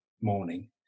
morning